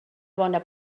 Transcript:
bona